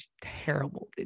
terrible